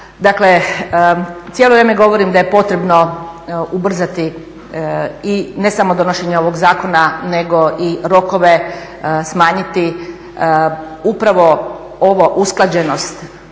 dakle cijelo vrijeme govorim da je potrebno ubrzati i ne samo donošenje ovog zakona nego i rokove smanjiti. Upravo ova usklađenost,